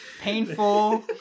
painful